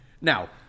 Now